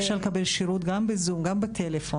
אפשר לקבל שירות גם בזום, גם בטלפון.